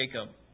Jacob